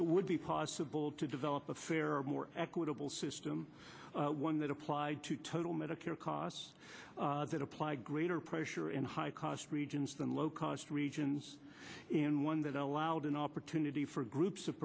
it would be possible to develop a fairer more equitable system one that applied to total medicare costs that apply greater pressure and high cost regions than low cost regions and one that allowed an opportunity for groups of